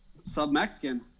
Sub-Mexican